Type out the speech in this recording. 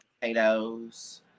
potatoes